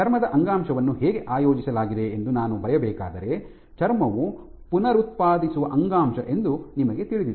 ಚರ್ಮದ ಅಂಗಾಂಶವನ್ನು ಹೇಗೆ ಆಯೋಜಿಸಲಾಗಿದೆ ಎಂದು ನಾನು ಬರೆಯಬೇಕಾದರೆ ಚರ್ಮವು ಪುನರುತ್ಪಾದಿಸುವ ಅಂಗಾಂಶ ಎಂದು ನಿಮಗೆ ತಿಳಿದಿದೆ